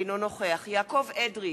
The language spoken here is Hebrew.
אינו נוכח יעקב אדרי,